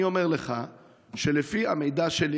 אני אומר לך שלפי המידע שלי,